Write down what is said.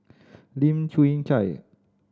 Lim Chwee Chian